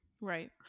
right